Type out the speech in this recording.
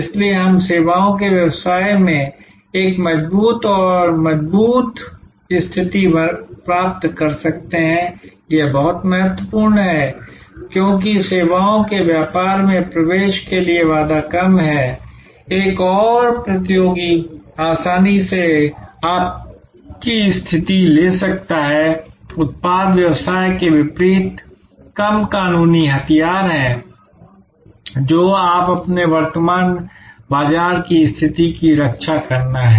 इसलिए कि हम सेवाओं के व्यवसाय में एक मजबूत और मजबूत स्थिति प्राप्त कर सकते हैं यह बहुत महत्वपूर्ण है क्योंकि सेवाओं के व्यापार में प्रवेश के लिए बाधा कम है एक और प्रतियोगी आसानी से आपकी स्थिति ले सकता है उत्पाद व्यवसाय के विपरीत कम कानूनी हथियार हैं जो आप अपने वर्तमान बाजार की स्थिति की रक्षा करना है